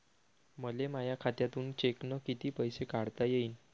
मले माया खात्यातून चेकनं कितीक पैसे काढता येईन?